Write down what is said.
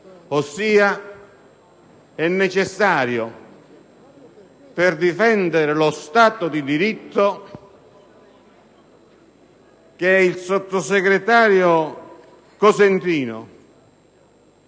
sia». È necessario, cioè, per difendere lo Stato di diritto, che il sottosegretario Cosentino,